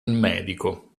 medico